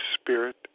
spirit